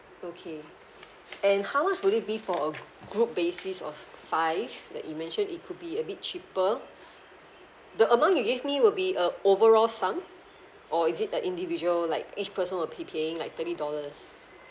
okay and how much would it be for a group basis of five that you mentioned it to be a bit cheaper the amount you give me will be uh overall sum or is it like individual like each person will be paying like thirty dollars